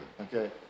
Okay